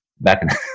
back